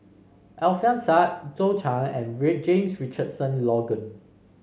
Alfian Sa'at Zhou Can and James Richardson Logan